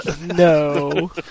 No